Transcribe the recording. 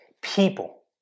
People